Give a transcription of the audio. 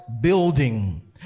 building